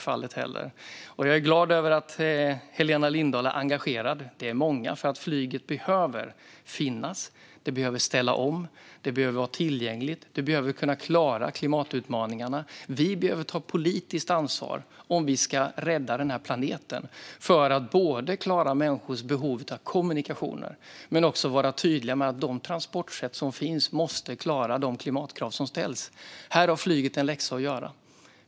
Jag är glad över att Helena Lindahl är engagerad. Det är många. Flyget behöver finnas. Det behöver ställa om. Det behöver vara tillgängligt. Det behöver kunna klara klimatutmaningarna. Vi behöver ta politiskt ansvar om vi ska rädda den här planeten. Det handlar både om att klara människors behov av kommunikationer och om att vara tydliga med att de transportsätt som finns måste klara de klimatkrav som ställs. Här har flyget en läxa att göra.